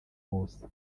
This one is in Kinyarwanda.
wose